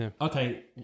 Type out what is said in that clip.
okay